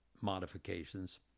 modifications